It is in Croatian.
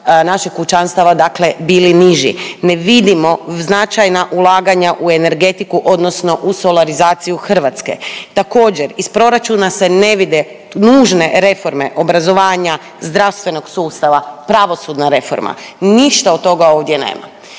naših kućanstava dakle bili niži. Ne vidimo značajna ulaganja u energetiku, odnosno u solarizaciju Hrvatske. Također iz proračuna se ne vide nužne reforme obrazovanja, zdravstvenog sustava, pravosudna reforma. Ništa od toga ovdje nema.